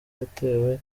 yatewe